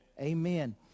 amen